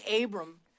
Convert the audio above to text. Abram